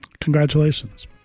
congratulations